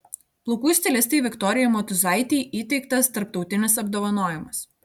plaukų stilistei viktorijai motūzaitei įteiktas tarptautinis apdovanojimas